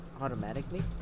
automatically